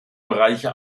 bereiche